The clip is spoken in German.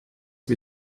wie